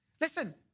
Listen